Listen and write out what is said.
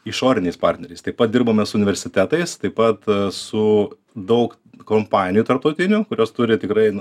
išoriniais partneriais taip pat dirbame su universitetais taip pat su daug kompanijų tarptautinių kurios turi tikrai